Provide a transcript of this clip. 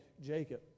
Jacob